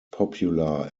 popular